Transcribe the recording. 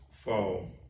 fall